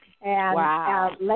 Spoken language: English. Wow